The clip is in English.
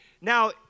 Now